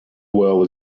well